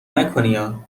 نکنیا